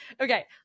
okay